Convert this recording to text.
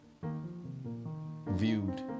viewed